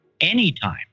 anytime